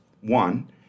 One